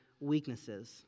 weaknesses